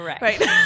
right